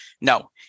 no